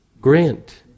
Grant